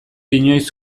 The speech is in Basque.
inoiz